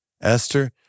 Esther